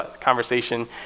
conversation